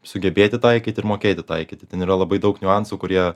sugebėti taikyt ir mokėti taikyti ten yra labai daug niuansų kurie